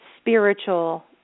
spiritual